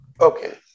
Okay